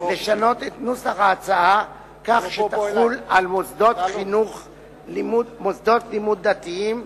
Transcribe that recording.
לשנות את נוסח ההצעה כך שתחול על מוסדות לימוד דתיים,